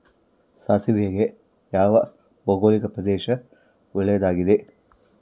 ಸಾಸಿವೆಗೆ ಯಾವ ಭೌಗೋಳಿಕ ಪ್ರದೇಶ ಒಳ್ಳೆಯದಾಗಿದೆ?